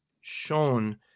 shown